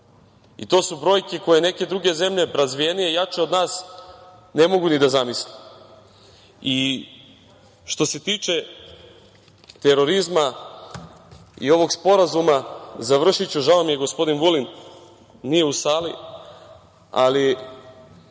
i to su brojke koje neke druge zemlje, razvijenije, jače od nas, ne mogu da zamisle. Što se tiče terorizma i ovog sporazuma, završiću, žao mi je što gospodin Vulin nije u sali, ali